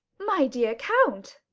my dear count!